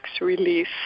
release